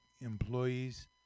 employees